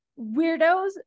weirdos